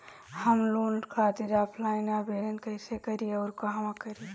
हम लोन खातिर ऑफलाइन आवेदन कइसे करि अउर कहवा करी?